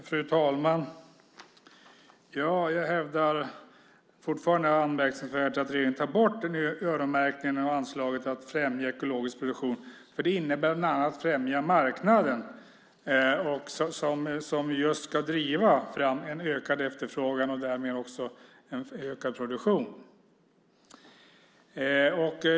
Fru talman! Jag hävdar fortfarande att det är anmärkningsvärt att regeringen tar bort öronmärkningen av anslaget att främja ekologisk produktion. Det innebär bland annat att främja marknaden, som just ska driva fram en ökad efterfrågan och därmed en ökad produktion.